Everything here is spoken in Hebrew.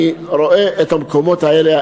אני רואה את המקומות האלה,